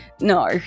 no